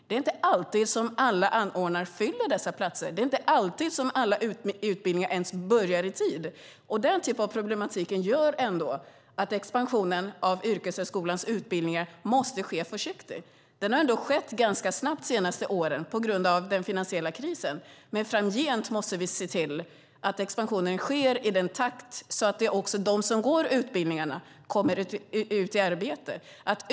Det är inte alltid som alla anordnare fyller dessa platser. Det är inte alltid som alla utbildningar ens börjar i tid. Den typen av problem gör att expansionen av yrkeshögskolans utbildningar måste ske försiktigt. Den har skett ganska snabbt de senaste åren på grund av den finansiella krisen, men framgent måste vi se till att expansionen sker i en sådan takt att de som går utbildningarna också kommer ut i arbete.